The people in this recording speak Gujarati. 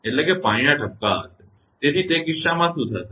તેથી તે કિસ્સામાં શું થશે